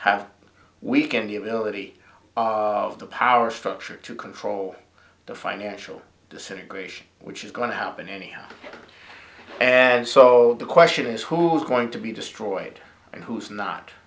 have weakened the ability of the power structure to control the financial decision gratian which is going to happen any and so the question is who's going to be destroyed and who's not